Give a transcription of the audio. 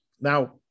Now